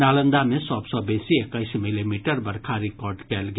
नालंदा मे सभ सँ बेसी एक्कैस मिलीमीटर बरखा रिकॉर्ड कयल गेल